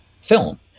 film